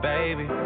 Baby